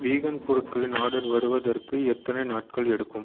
vegan பொருட்களின் order வருவதற்கு எத்தனை நாட்கள் எடுக்கும்